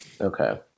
Okay